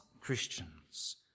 Christians